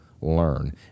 Learn